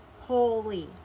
holy